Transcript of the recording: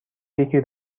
یکی